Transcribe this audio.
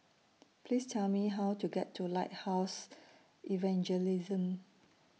Please Tell Me How to get to Lighthouse Evangelism